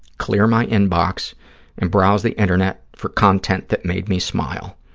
clear my inbox and browse the internet for content that made me smile.